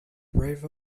river